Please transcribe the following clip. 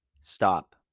stop